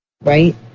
right